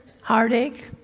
heartache